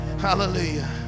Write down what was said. Hallelujah